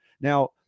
Now